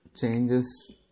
changes